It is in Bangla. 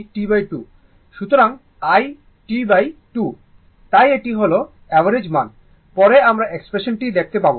সুতরাং lT2 তাই এটি হল অ্যাভারেজ মান পরে আমরা এক্সপ্রেশন টি দেখতে পাব